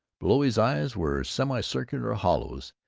below his eyes were semicircular hollows,